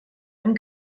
einem